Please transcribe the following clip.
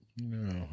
No